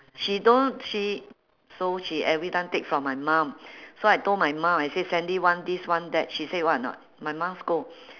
she don't she so she every time take from my mum so I told my mum I say sandy want this want that she say what or not my mum scold